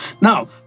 Now